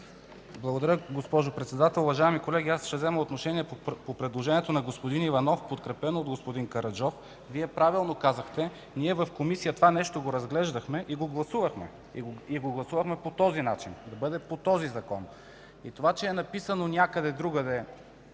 Благодаря, госпожо Председател. Уважаеми колеги, ще взема отношение по предложението на господин Иванов, подкрепено от господин Караджов. Вие правилно казахте – ние разглеждахме и гласувахме това в Комисията. Гласувахме го по този начин, да бъде по този Закон. Това, че е написано някъде другаде,